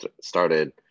started